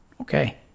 Okay